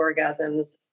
orgasms